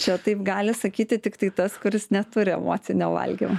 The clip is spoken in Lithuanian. čia taip gali sakyti tiktai tas kuris neturi emocinio valgymo